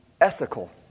ethical